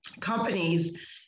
companies